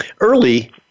early